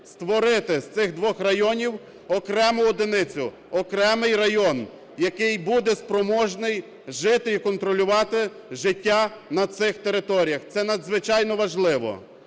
створити з цих двох районів окрему одиницю, окремий район, який буде спроможний жити і контролювати життя на цих територіях, це надзвичайно важливо.